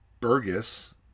Burgess